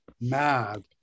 mad